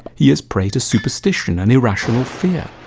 he is prey to superstition and irrational fear,